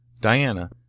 Diana